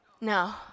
No